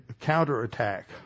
counterattack